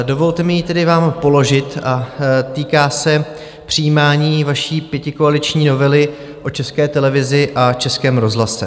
Dovolte mi ji tedy vám položit a týká se přijímání vaší pětikoaliční novely o České televizi a Českém rozhlase.